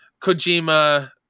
kojima